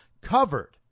covered